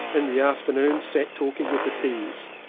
in the afternoon sat talking with the ts.